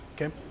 okay